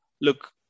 Look